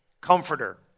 comforter